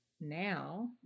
now